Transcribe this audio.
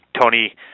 Tony